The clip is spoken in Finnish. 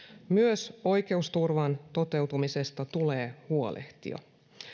myös oikeusturvan toteutumisesta tulee huolehtia